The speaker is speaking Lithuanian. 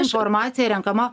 informacija renkama